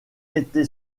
été